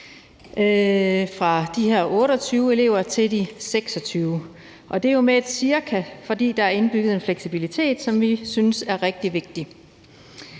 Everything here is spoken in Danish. fra de her 28 elever til 26 elever. Og det er jo med et cirka, fordi der er indbygget en fleksibilitet, som vi synes er rigtig vigtig.